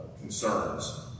concerns